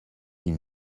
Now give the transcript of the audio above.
ils